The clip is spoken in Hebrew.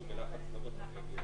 יש שאילתות.